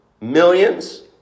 millions